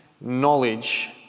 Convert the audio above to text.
knowledge